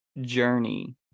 journey